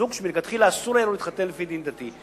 זוג שמלכתחילה אסור היה לו להתחתן לפי דין דתי,